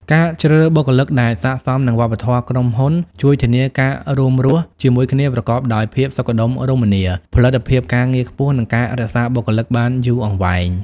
ការជ្រើសរើសបុគ្គលិកដែលស័ក្តិសមនឹងវប្បធម៌ក្រុមហ៊ុនជួយធានាការរួមរស់ជាមួយគ្នាប្រកបដោយភាពសុខដុមរមនា ផលិតភាពការងារខ្ពស់ និងការរក្សាបុគ្គលិកបានយូរអង្វែង។